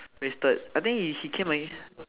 wasted I think if he came early